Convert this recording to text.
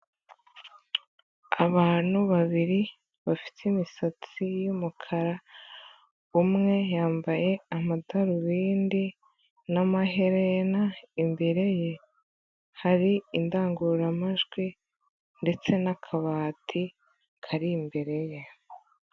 Abantu babiri, bafite imisatsi y'umukara, umwe yambaye amadarubindi n'amaherena, imbere ye hari indangururamajwi ndetse n'akabati kari imbere ye.